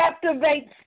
captivates